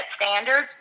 standards